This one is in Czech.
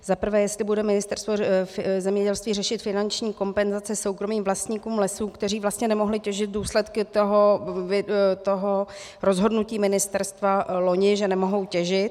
Za prvé, jestli bude Ministerstvo zemědělství řešit finanční kompenzace soukromým vlastníkům lesů, kteří vlastně nemohli těžit v důsledku toho rozhodnutí ministerstva loni, že nemohou těžit.